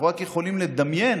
אנחנו רק יכולים לדמיין